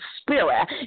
spirit